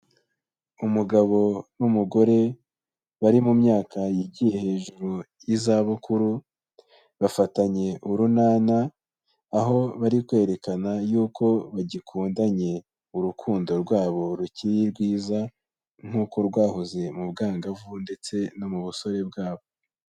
Umugabo n'umugore bari mu myaka yagiye hejuru y'izabukuru, bafatanye urunana, aho bari kwerekana y'uko bagikundanye, urukundo rwabo rukiri rwiza nk'uko rwahoze mu bwangavu ndetse no mu busore bwabo.